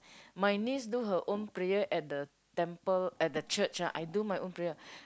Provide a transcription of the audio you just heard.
my niece do her own prayer at the temple at the church ah I do my own prayer